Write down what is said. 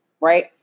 Right